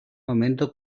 momento